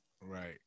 Right